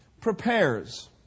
prepares